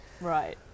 Right